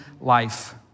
life